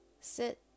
sit